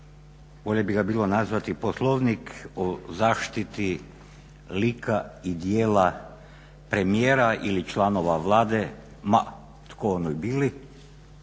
bolje bi ga bilo nazvati poslovnik o zaštiti lika i djela premijera ili članova Vlade ma tko oni bili,